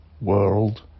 world